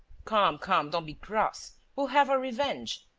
come, come, don't be cross. we'll have our revenge.